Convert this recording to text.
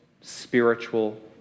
spiritual